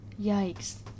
Yikes